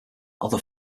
other